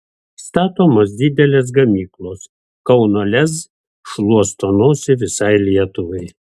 statomos didelės gamyklos kauno lez šluosto nosį visai lietuvai